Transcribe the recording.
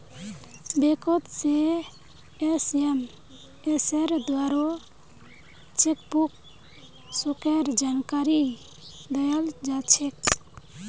बैंकोत से एसएमएसेर द्वाराओ चेकबुक शुल्केर जानकारी दयाल जा छेक